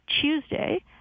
Tuesday